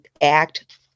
act